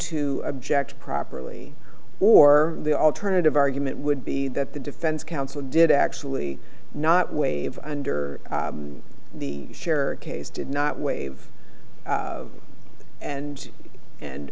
to object properly or the alternative argument would be that the defense counsel did actually not waive under the share case did not waive and and